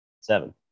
seven